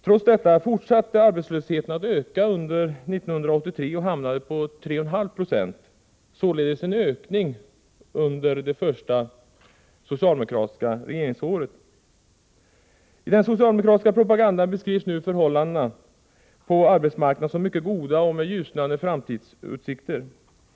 Trots allt fortsatte arbetslösheten att öka under 1983 och hamnade på 3,5 90. Det var således en ökning under det första socialdemokratiska regeringsåret. I den socialdemokratiska propagandan beskrivs nu förhållandena på arbetsmarknaden som mycket goda och med ljusnande framtidsutsikter.